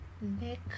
Nick